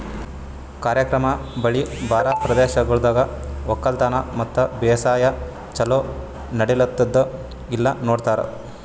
ಕಾರ್ಯಕ್ರಮ ಮಳಿ ಬರಾ ಪ್ರದೇಶಗೊಳ್ದಾಗ್ ಒಕ್ಕಲತನ ಮತ್ತ ಬೇಸಾಯ ಛಲೋ ನಡಿಲ್ಲುತ್ತುದ ಇಲ್ಲಾ ನೋಡ್ತಾರ್